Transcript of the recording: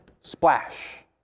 Splash